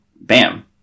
bam